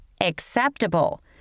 Acceptable